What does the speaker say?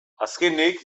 azkenik